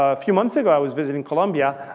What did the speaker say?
ah few months ago, i was visiting colombia.